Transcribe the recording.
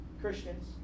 Christians